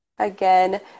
Again